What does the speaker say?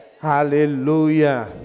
Hallelujah